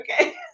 Okay